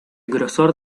grosor